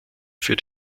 für